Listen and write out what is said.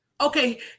Okay